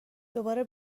دوباره